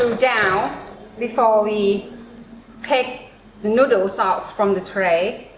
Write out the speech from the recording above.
um down before we take the noodles out from the tray.